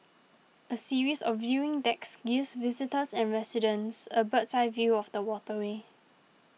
a series of viewing decks gives visitors and residents a bird's eye view of the waterway